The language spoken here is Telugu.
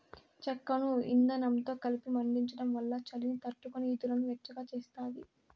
చెక్కను ఇందనంతో కలిపి మండించడం వల్ల చలిని తట్టుకొని గదులను వెచ్చగా చేస్తాది